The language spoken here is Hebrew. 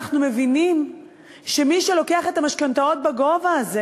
אנחנו מבינים שמי שלוקח את המשכנתאות בגובה הזה